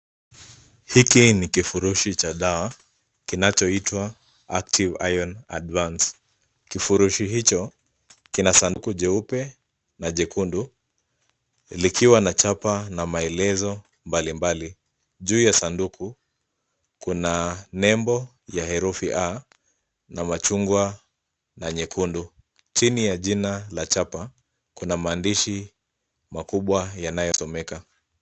Hiki ni kifurushi cha dawa kinachoitwa, active iron advance. Kifurushi hicho kina sanduku jeupe na jekundu, likiwa na chapa na maelezo mbalimbali. Juu ya sanduku, kuna nembo ya herufi a, na machungwa , na nyekundu. Chini ya jina la chapa, kuna maandishi makubwa yanayosomeka.